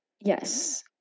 Yes